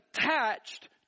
attached